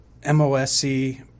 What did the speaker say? MOSC